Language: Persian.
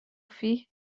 فیه